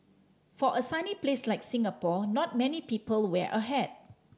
for a sunny place like Singapore not many people wear a hat